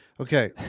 Okay